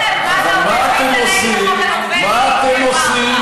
אבל מה אתם עושים?